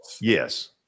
Yes